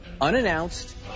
unannounced